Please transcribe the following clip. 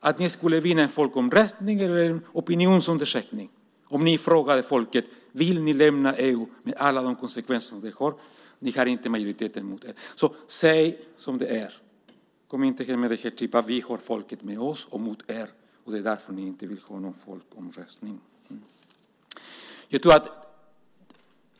för att ni skulle vinna en folkomröstning eller en opinionsundersökning om ni frågade folket om de vill lämna EU med alla de konsekvenser som det har. Ni har inte majoriteten med er. Säg som det är! Kom inte och säg att folket är med er och mot oss och att det är därför vi inte vill ha någon folkomröstning.